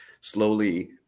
slowly